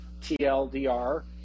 TLDR